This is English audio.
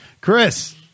Chris